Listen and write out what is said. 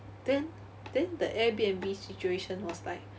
then then the airbnb situation was like